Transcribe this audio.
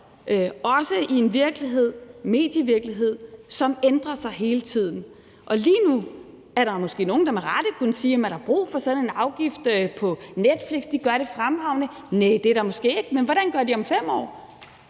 også i en medievirkelighed, som ændrer sig hele tiden. Lige nu er der måske nogle, der med rette kunne spørge: Er der brug for sådan en afgift på Netflix? De gør det fremragende. Næh, det er der måske ikke, men hvad gør de om 5 år?